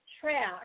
track